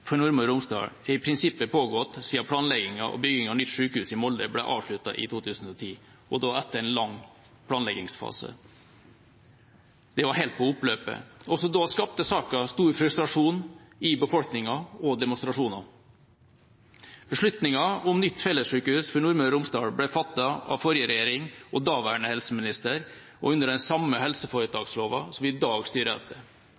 for Nordmøre og Romsdal har i prinsippet pågått siden planleggingen og byggingen av nytt sykehus i Molde ble avsluttet i 2010, og da etter en lang planleggingsfase. Det var helt på oppløpet. Også da skapte saken stor frustrasjon i befolkningen, og det var demonstrasjoner. Beslutningen om nytt fellessykehus for Nordmøre og Romsdal ble fattet av forrige regjering og daværende helseminister og under den samme helseforetaksloven som vi i dag styrer